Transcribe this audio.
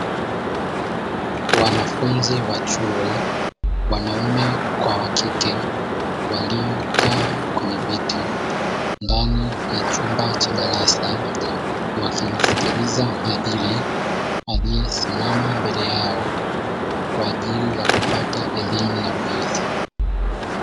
Wanafunzi wa chuo wanaume kwa wa kike, waliokaa kwenye viti ndani ya chumba cha darasa; wakimsikiliza mhadhiri aliyesimama mbele yao kwa ajili ya kupata elimu na ujuzi.